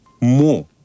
More